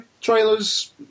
trailers